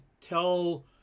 tell